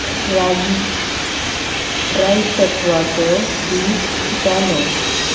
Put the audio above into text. राजीव राजतत्वाचो दीस जालो